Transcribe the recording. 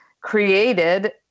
created